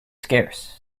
scarce